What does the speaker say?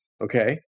okay